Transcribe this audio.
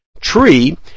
tree